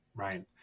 Right